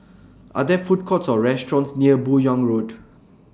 Are There Food Courts Or restaurants near Buyong Road